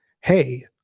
Hey